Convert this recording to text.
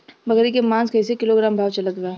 बकरी के मांस कईसे किलोग्राम भाव चलत बा?